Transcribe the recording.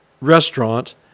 restaurant